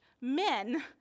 men